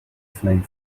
flame